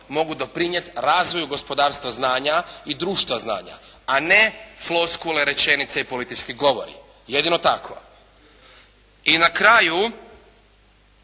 mogu doprinijeti razvoju gospodarstva znanja i društva znanja a ne floskule, rečenice i politički govori. Jedino tako. I na kraju,